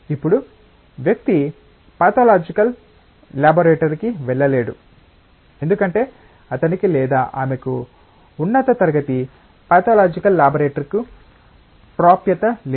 ఇప్పుడు వ్యక్తి pathological laboratory కు వెళ్ళలేడు ఎందుకంటే అతనికి లేదా ఆమెకు ఉన్నత తరగతి పాథోలోజికల్ లాబరేటరీ కు ప్రాప్యత లేదు